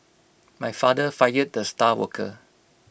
my father fired the star worker